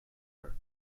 her